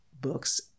books